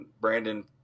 Brandon